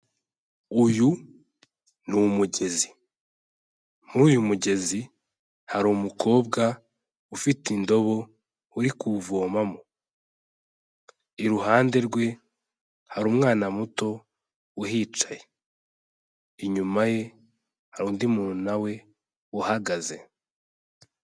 Uyu ni umugezi. Muri uyu mugezi hari umukobwa ufite indobo, uri kuwuvomamo. Iruhande rwe, hari umwana muto uhicaye. Inyuma ye, hari undi muntu na we uhagaze.